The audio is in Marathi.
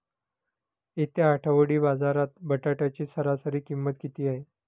येत्या आठवडी बाजारात बटाट्याची सरासरी किंमत किती आहे?